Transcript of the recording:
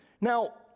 Now